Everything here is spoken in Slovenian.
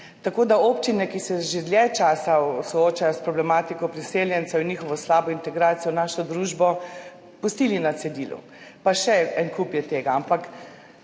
Občine, ki se že dlje časa soočajo s problematiko priseljencev in njihovo slabo integracijo v našo družbo, ste pustili na cedilu, pa še en kup je tega. V